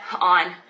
on